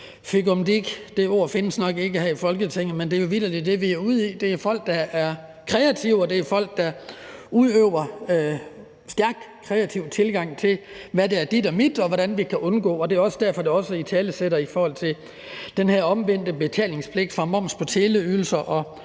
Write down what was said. Det ord findes nok ikke her i Folketinget, men det er vitterlig det, vi er ude i. Det er folk, der er kreative, og det er folk, der har en stærkt kreativ tilgang til, hvad der er dit og mit, og hvordan man kan undgå at betale, og det er også derfor, at det også italesætter den her omvendte betalingspligt for moms på teleydelser og